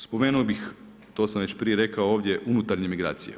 Spomenuo bih, to sam već prije rekao ovdje, unutarnje migracije.